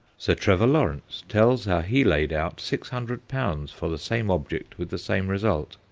sir trevor lawrence tells how he laid out six hundred pounds for the same object with the same result.